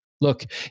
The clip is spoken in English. Look